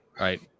right